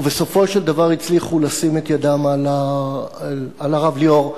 ובסופו של דבר הצליחו לשים את ידם על הרב ליאור,